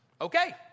okay